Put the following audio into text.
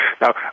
Now